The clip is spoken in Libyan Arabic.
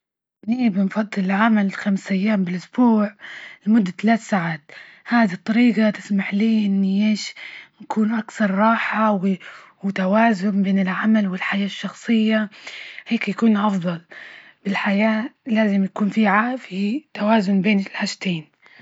إني بنفضل العمل خمسة أيام بالأسبوع لمدة ثلاث ساعات، هذى الطريجة تسمح لي إني إيش نكون أكثر راحة وي وتوازن بين العمل والحياة الشخصية، هيكي يكون أفضل بالحياة لازم يكون فى توازن بين الحاجتين.